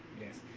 yes